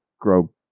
grow